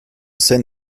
scène